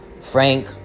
Frank